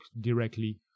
directly